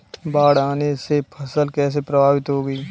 बाढ़ आने से फसल कैसे प्रभावित होगी?